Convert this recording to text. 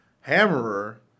Hammerer